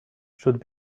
should